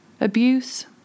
abuse